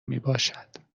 میباشد